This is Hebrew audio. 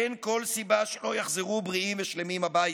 אין כל סיבה שלא יחזרו בריאים ושלמים הביתה.